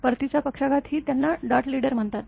परतीचा पक्षाघात ही त्यांना डार्ट लीडर म्हणतात